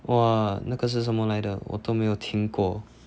!wah! 那个是什么来的我都没有听过